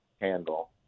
handle